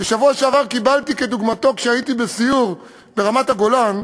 שבשבוע שעבר קיבלתי כדוגמתו כשהייתי בסיור ברמת-הגולן,